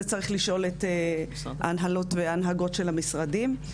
זה צריך לשאול את ההנהלות וההנהגות של המשרדים.